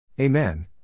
Amen